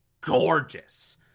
gorgeous